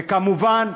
וכמובן,